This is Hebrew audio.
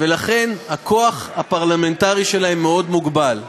ולכן הכוח הפרלמנטרי שלהן מאוד מוגבל.